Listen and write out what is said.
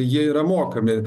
jie yra mokami